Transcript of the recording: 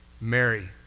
Mary